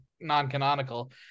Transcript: non-canonical